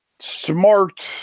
smart